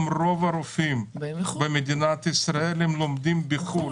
רוב הרופאים במדינת ישראל לומדים בחו"ל,